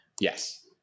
Yes